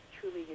truly